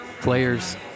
players